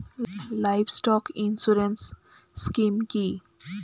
Livestock insurance scheme কি?